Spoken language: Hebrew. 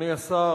אדוני השר,